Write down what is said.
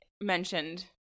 mentioned